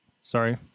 Sorry